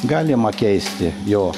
galima keisti jo